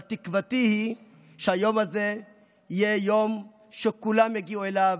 אבל תקוותי היא שהיום הזה יהיה יום שכולם יגיעו אליו,